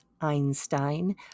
einstein